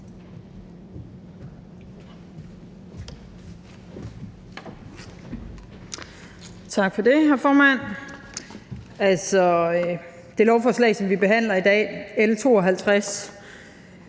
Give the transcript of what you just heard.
Tak for det, hr. formand. Det lovforslag, som vi behandler i dag, L 52,